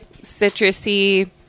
citrusy